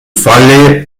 falle